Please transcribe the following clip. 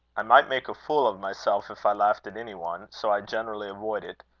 i might make a fool of myself if i laughed at any one. so i generally avoid it.